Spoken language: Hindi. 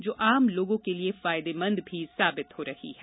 जो आम लोगों के लिए फायदेमंद भी साबित हो रही है